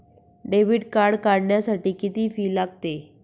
Debit card काढण्यासाठी किती fee लागते?